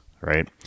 right